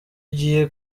ugiye